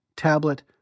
tablet